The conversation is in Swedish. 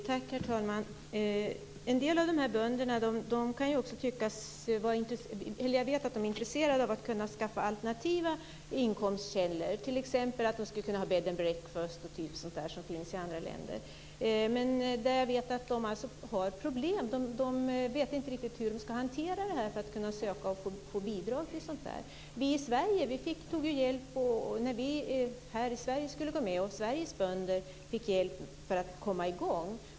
Herr talman! Jag vet att en del av dessa bönder är intresserade av att kunna skaffa alternativa inkomstkällor, t.ex. att ha bed and breakfast, eller att ha sådant som finns i andra länder. Men de har problem. De vet inte riktigt hur de ska hantera det för att kunna söka och få bidrag till sådant. När vi i Sverige skulle gå med fick Sveriges bönder hjälp för att komma i gång.